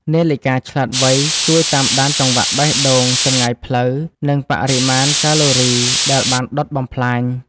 នាឡិកាឆ្លាតវៃ ជួយតាមដានចង្វាក់បេះដូង ចម្ងាយផ្លូវ និងបរិមាណកាឡូរីដែលបានដុតបំផ្លាញ។